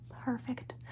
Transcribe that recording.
Perfect